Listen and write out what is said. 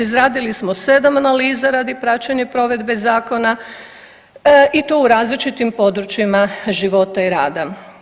Izradili smo 7 analiza radi praćenja i provedbe zakona i to u različitim područjima života i rada.